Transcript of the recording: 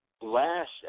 Last